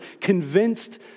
convinced